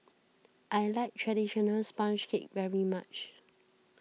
I like Traditional Sponge Cake very much